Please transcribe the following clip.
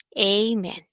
Amen